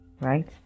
right